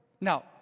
Now